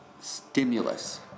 stimulus